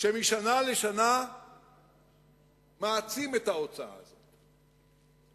כשמשנה לשנה מעצימים את ההוצאה הזאת.